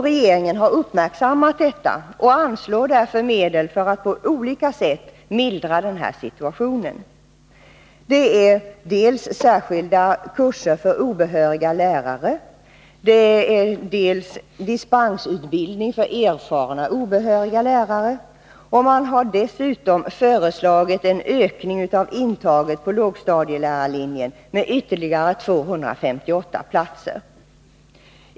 Regeringen har uppmärksammat detta och anslår medel för att på olika sätt mildra situationen. Det är dels särskilda kurser för obehöriga lärare som kommer i fråga, dels dispenser för erfarna obehöriga. Dessutom har man föreslagit en ökning av intaget på lågstadielärarlinjen med ytterligare 258 platser.